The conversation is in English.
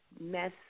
mess